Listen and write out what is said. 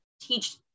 teach